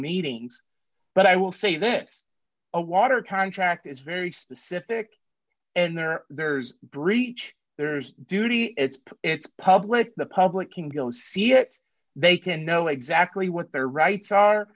meetings but i will say this a water contract is very specific and there are there's breach there is duty it's it's public the public can go see it they can know exactly what their rights are